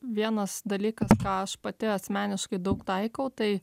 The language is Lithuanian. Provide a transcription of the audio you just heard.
vienas dalykas ką aš pati asmeniškai daug taikau tai